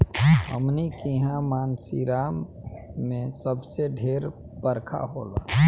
हमनी किहा मानसींराम मे सबसे ढेर बरखा होला